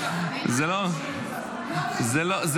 זו לא בעיה.